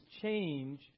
change